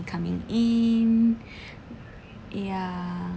coming in ya